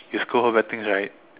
you scold her bad things right